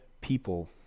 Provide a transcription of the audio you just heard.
people